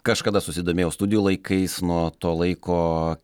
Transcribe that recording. kažkada susidomėjau studijų laikais nuo to laiko